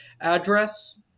address